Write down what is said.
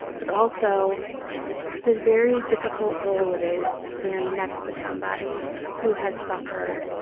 but also the very difficult role it is to stand next to somebody who has suffered,